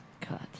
cut